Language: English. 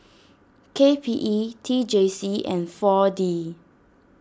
K P E T J C and four D